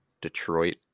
Detroit